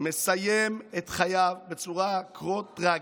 מסיים את חייו בצורה כה טרגית,